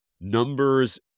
numbers